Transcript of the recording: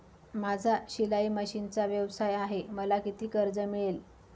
माझा शिलाई मशिनचा व्यवसाय आहे मला किती कर्ज मिळेल?